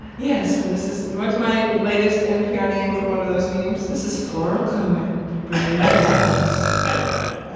yes. and this is what's my latest npr name from one of those memes? this is floral cohen bringing you hook notes i love it.